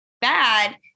bad